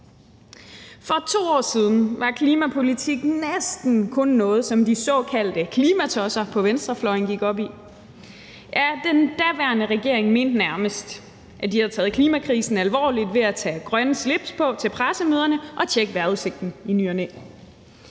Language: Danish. For 2 år siden var klimapolitikken næsten kun noget, som de såkaldte klimatosser på venstrefløjen gik op i. Den daværende regering mente nærmest, at de havde taget klimakrisen alvorligt ved at tage grønne slips på til pressemøderne og tjekke vejrudsigten i ny og næ.